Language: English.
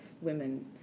women